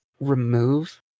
remove